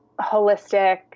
holistic